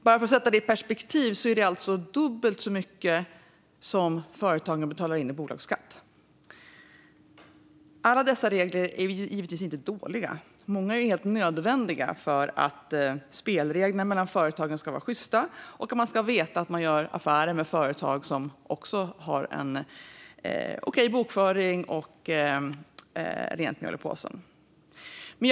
Bara för att sätta det i perspektiv är det alltså dubbelt så mycket som företagen betalar in i bolagsskatt. Alla dessa regler är givetvis inte dåliga. Många är helt nödvändiga för att spelreglerna mellan företagen ska vara sjysta och för att man ska veta att man gör affärer med företag som också har en okej bokföring och rent mjöl i påsen.